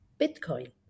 Bitcoin